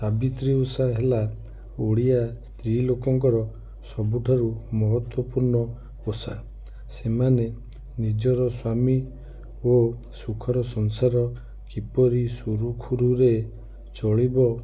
ସାବିତ୍ରୀ ଓଷା ହେଲା ଓଡ଼ିଆ ସ୍ତ୍ରୀ ଲୋକଙ୍କର ସବୁଠାରୁ ମହତ୍ୱପୂର୍ଣ୍ଣ ଓଷା ସେମାନେ ନିଜର ସ୍ୱାମୀ ଓ ସୁଖର ସଂସାର କିପରି ସୁରୁଖୁରୁରେ ଚଳିବ